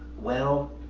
well,